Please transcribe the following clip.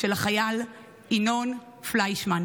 של החייל ינון פליישמן.